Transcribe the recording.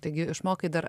taigi išmokai dar